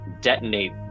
detonate